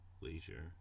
leisure